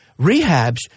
rehabs